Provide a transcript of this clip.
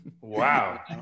Wow